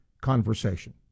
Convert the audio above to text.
conversation